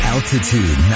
Altitude